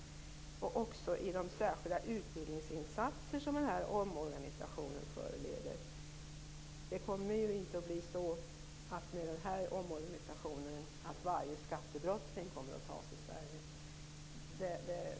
Det gäller även i de särskilda utbildningsinsatser som omorganisationen föranleder. Den här omorganisationen leder inte till att varje skattebrottsling i Sverige kommer att avslöjas.